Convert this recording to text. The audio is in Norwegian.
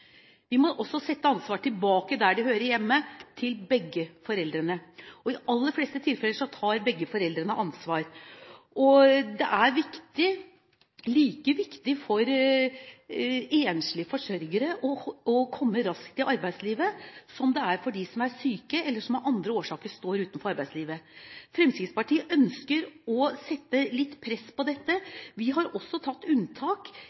Vi må legge ansvaret tilbake der det hører hjemme – hos begge foreldrene. Og i de aller fleste tilfeller tar begge foreldrene ansvar. Det er like viktig for enslige forsørgere å komme raskt ut i arbeidslivet som det er for dem som er syke, eller for dem som av andre årsaker står utenfor arbeidslivet. Fremskrittspartiet ønsker å legge litt vekt på det. Vi har gjort unntak